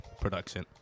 production